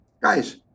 guys